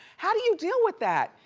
how do you deal with that?